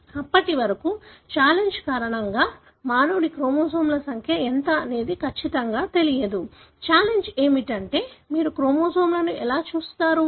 అప్పటి వరకు ఛాలెంజ్ కారణంగా మానవుడి క్రోమోజోమ్ల సంఖ్య ఎంత అనేది ఖచ్చితంగా తెలియదు ఛాలెంజ్ ఏమిటంటే మీరు క్రోమోజోమ్లను ఎలా చూస్తారు